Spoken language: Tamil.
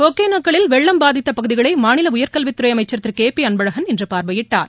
ஒகேனக்கல்லில் வெள்ளம் பாதித்த பகுதிகளை மாநில உயர்கல்வித்துறை அமைச்சர் திரு கே பி அன்பழகன் இன்று பார்வையிட்டார்